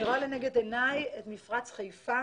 אני רואה לנגד עיני את מפרץ חיפה